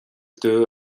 dom